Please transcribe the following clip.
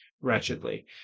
wretchedly